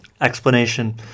Explanation